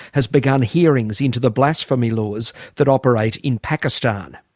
has begun hearings into the blasphemy laws that operate in pakistan.